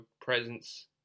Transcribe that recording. presence